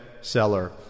seller